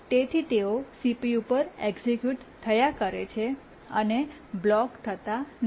તેથી તેઓ CPU પર એક્સિક્યૂટ થયા કરે છે અને બ્લોક થતા નથી